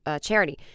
charity